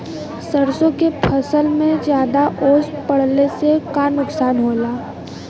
सरसों के फसल मे ज्यादा ओस पड़ले से का नुकसान होला?